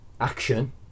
action